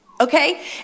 okay